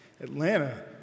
Atlanta